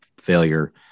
failure